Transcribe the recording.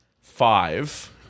Five